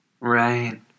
right